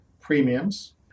premiums